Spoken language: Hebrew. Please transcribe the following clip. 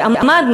שעמד,